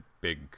big